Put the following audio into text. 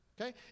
Okay